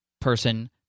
person